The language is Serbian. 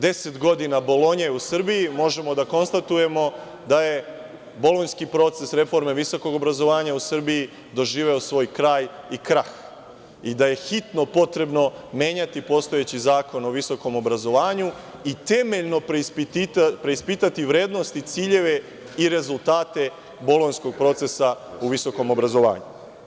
Deset godina je Bolonje u Srbiji, možemo da konstatujemo da je bolonjski proces reforme visokog obrazovanja u Srbiji doživeo svoj kraj i krah i da je hitno potrebno menjati postojeći Zakon o visokom obrazovanju i temeljno preispitati vrednost i ciljeve i rezultate bolonjskog procesa u visokom obrazovanju.